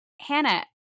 Hannah